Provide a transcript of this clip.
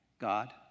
God